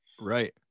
Right